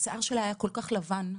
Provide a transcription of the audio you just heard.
השיער שלה היה כל כך לבן.